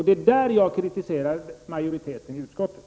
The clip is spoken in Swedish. Det är på den punkten jag kritiserar majoriteten i utskottet.